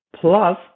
plus